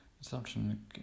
assumption